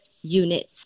units